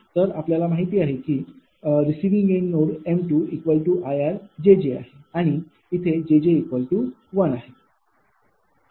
तर आपल्याला माहिती आहे की रिसिविंग एन्ड नोड m2𝐼𝑅𝑗𝑗 आहे आणि jj1 आहे